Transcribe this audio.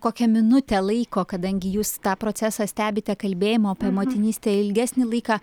kokią minutę laiko kadangi jūs tą procesą stebite kalbėjimo apie motinystę ilgesnį laiką